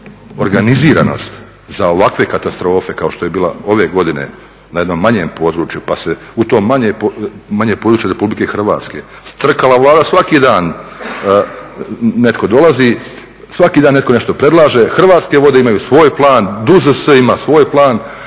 organiziranost za ovakve katastrofe kao što je bila ove godine na jednom manjem području pa se u to manje područje Republike Hrvatske strkala Vlada svaki dan, netko dolazi, svaki dan netko nešto predlaže. Hrvatske vode imaju svoj plan, DUZS ima svoj plan,